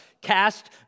cast